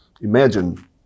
imagine